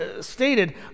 stated